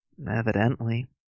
Evidently